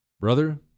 Brother